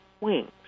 wings